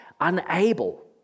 unable